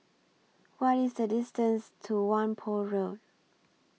What IS The distance to Whampoa Road